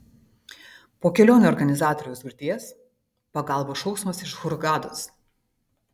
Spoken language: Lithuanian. po kelionių organizatoriaus griūties pagalbos šauksmas iš hurgados